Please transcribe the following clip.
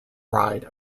bride